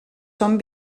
són